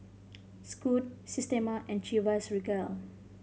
Scoot Systema and Chivas Regal